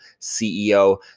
CEO